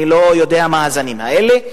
אני לא יודע מה הזנים האלה.